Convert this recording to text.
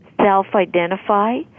self-identify